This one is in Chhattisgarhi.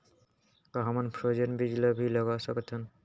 का हमन फ्रोजेन बीज ला भी लगा सकथन?